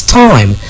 time